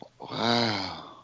Wow